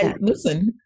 listen